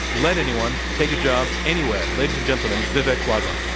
let anyone take a job anywhere. ladies and gentlemen, vivek wadhwa.